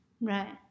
Right